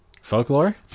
folklore